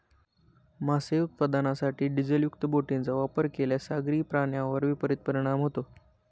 मासे उत्पादनासाठी डिझेलयुक्त बोटींचा वापर केल्यास सागरी प्राण्यांवर विपरीत परिणाम होतो